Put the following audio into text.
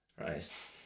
Right